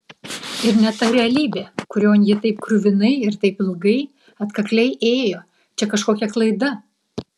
ir ne ta realybė kurion ji taip kruvinai ir taip ilgai atkakliai ėjo čia kažkokia klaida